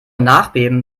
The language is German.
nachbeben